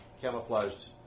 camouflaged